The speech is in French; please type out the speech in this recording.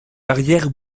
l’arrière